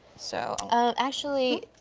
so. ah, actually,